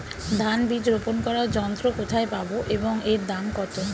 ধান বীজ রোপন করার যন্ত্র কোথায় পাব এবং এর দাম কত?